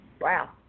Wow